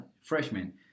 freshmen